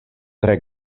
tre